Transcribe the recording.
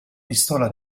pistola